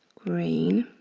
green